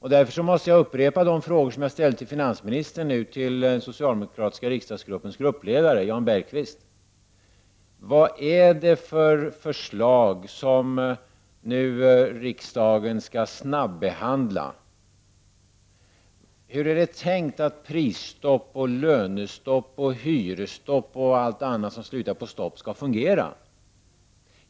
Därför måste jag nu upprepa de frågor jag ställde till finansministern och ställa dem även till den socialdemokratiska riksdagsgruppens gruppledare Jan Bergqvist: Vad är det för förslag som riksdagen nu skall snabbehandla? Hur är det tänkt att prisstopp, lönestopp, hyresstopp och allt annat som slutar på ”stopp” skall fungera?